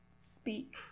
speak